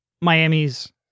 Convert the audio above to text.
Miami's